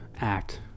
act